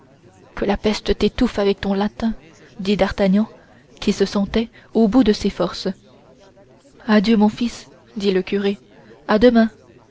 que la peste t'étouffe avec ton latin dit d'artagnan qui se sentait au bout de ses forces adieu mon fils dit le curé à demain